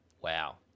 Wow